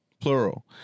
Plural